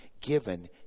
given